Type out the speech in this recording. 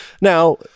Now